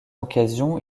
occasion